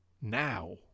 now